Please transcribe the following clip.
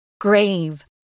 Grave